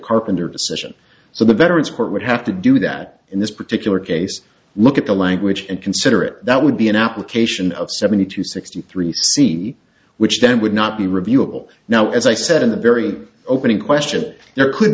carpenter decision so the veterans court would have to do that in this particular case look at the language and consider that would be an application of seventy two sixty three c which then would not be reviewable now as i said in the very opening question there could